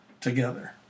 together